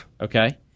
okay